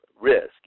risk